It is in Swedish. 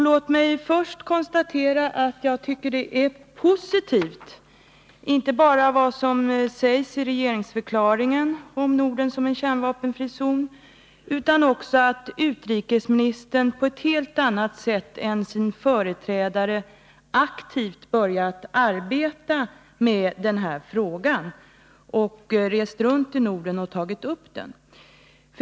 Låt mig först konstatera att jag tycker att svaret är positivt — inte bara hänvisningen till vad som sägs i regeringsförklaringen om Norden som en kärnvapenfri zon, utan också att utrikesministern på ett helt annat sätt än sin företrädare aktivt börjat arbeta med den här frågan och rest runt i Norden och tagit upp den.